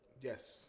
Yes